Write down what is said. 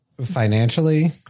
Financially